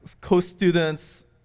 co-students